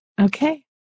okay